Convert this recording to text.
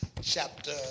chapter